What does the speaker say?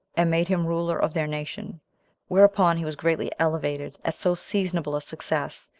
and made him ruler of their nation whereupon he was greatly elevated at so seasonable a success,